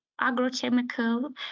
agrochemical